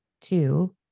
Two